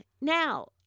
Now